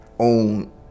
own